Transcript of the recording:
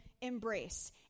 embrace